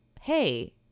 hey